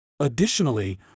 Additionally